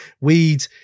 weed